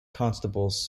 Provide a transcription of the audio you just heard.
constables